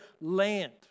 land